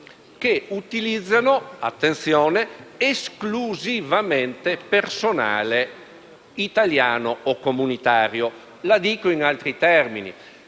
che utilizzano - attenzione - esclusivamente personale italiano o comunitario. Lo dico in altri termini: